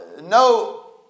no